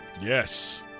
Yes